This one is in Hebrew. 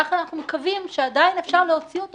כך אנחנו מקווים שעדיין אפשר להוציא אותו